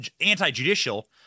anti-judicial